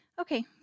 Okay